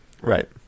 Right